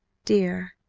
dear!